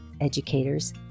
educators